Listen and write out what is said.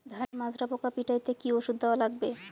ধানের মাজরা পোকা পিটাইতে কি ওষুধ দেওয়া লাগবে?